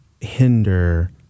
hinder